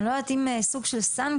אני לא יודעת אם יהיה סוג של סנקציות